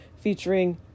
featuring